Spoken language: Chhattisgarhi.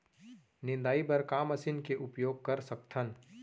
निंदाई बर का मशीन के उपयोग कर सकथन?